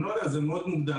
אני לא יודע, זה מאוד מוקדם.